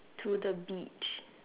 to the beach